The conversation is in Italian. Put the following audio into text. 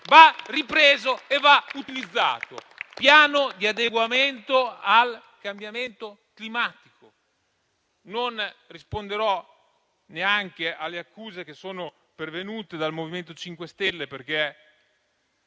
va ripreso e utilizzato. Ha parlato di piano di adeguamento al cambiamento climatico. Non risponderò neanche alle accuse pervenute dal MoVimento 5 Stelle, perché